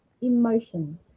emotions